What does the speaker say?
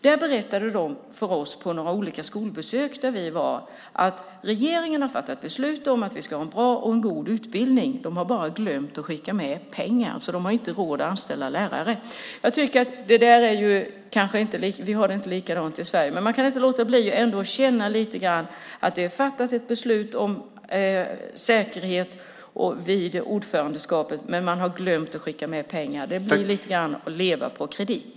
När vi var på några olika skolbesök berättade de för oss att regeringen har fattat beslut om att man ska ha bra och god utbildning, men den har glömt att skicka med pengar, och därför har de inte råd att anställa lärare. Vi har det inte likadant i Sverige, men jag kan ändå inte låta bli att känna att vi har fattat ett beslut om säkerhet vid ordförandeskapet men man har glömt att skicka med pengar. Det blir lite grann att leva på kredit.